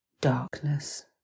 darkness